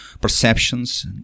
perceptions